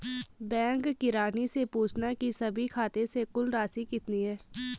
bank किरानी से पूछना की सभी खाते से कुल राशि कितनी है